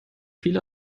viele